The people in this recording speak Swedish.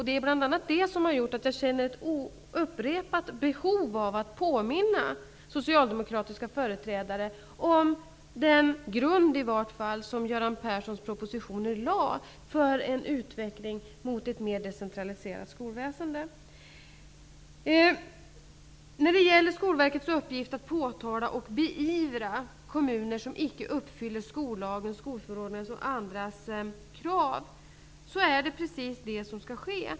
Det är bl.a. det som gör att jag känner ett upprepat behov att påminna socialdemokratiska företrädare om den grund som Göran Perssons propositioner lade för i vart fall en utveckling mot ett mer decentraliserat skolväsendet. Skolverket har till uppgift att påtala och beivra när kommuner inte uppfyller skollagens, skolförordningens och andra krav, och det är precis det som skall ske.